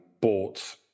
bought